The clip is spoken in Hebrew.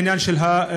העניין של העובדים,